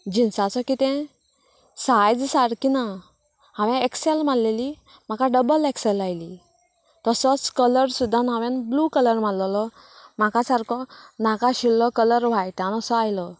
जिन्साचो कितें सायज सारकी ना हांवेन एक्सेल मारलेली म्हाका डबल एक्सेल आयली तसोच कलर सुद्दां हांवेन ब्लू कलर मारलेलो म्हाका सारको नाका आशिल्लो कलर व्हायटान असो आयलो